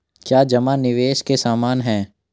क्या जमा निवेश के समान है?